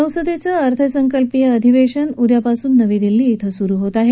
संसदेचं अर्थसंकल्पीय अधिवेशन उद्यापासून नवी दिल्ली धिं सुरु होत आहे